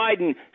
Biden